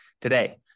today